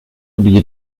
oublié